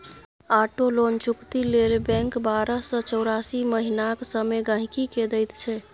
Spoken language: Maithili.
आटो लोन चुकती लेल बैंक बारह सँ चौरासी महीनाक समय गांहिकी केँ दैत छै